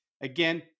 Again